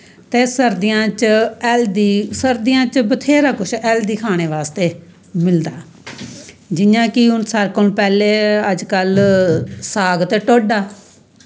ते सर्दियां च हैल्द सर्दियें बिच्च बत्हेरा खाने आस्तै मिलदा जियां कि हून सारें कोला पैह्लें अजकल साग ते ढोडा